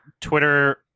Twitter